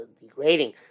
degrading